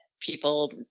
people